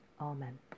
Amen